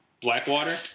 Blackwater